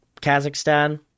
Kazakhstan